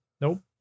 Nope